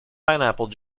pineapple